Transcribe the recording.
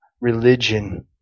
religion